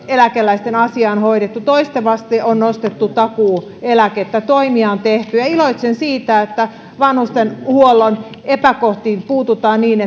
eläkeläisten asiaa on hoidettu toistuvasti on nostettu takuueläkettä toimia on tehty ja iloitsen siitä että vanhustenhuollon epäkohtiin puututaan niin